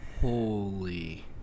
Holy